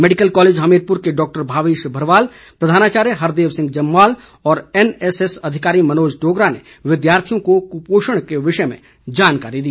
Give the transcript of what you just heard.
medical college Hamirpur के doctor Bhavesh Bharwal प्रधानाचार्य हरदेव सिंह जमवाल और एनएसएस अधिकारी मनोज डोगरा ने विद्यार्थियों को कुपोषण के विषय में जानकारी दी